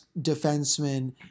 defenseman